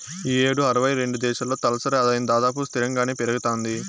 ఈ యేడు అరవై రెండు దేశాల్లో తలసరి ఆదాయం దాదాపు స్తిరంగానే పెరగతాంది